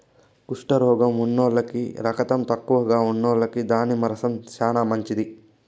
కుష్టు రోగం ఉన్నోల్లకి, రకతం తక్కువగా ఉన్నోల్లకి దానిమ్మ రసం చానా మంచిది